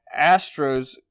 astros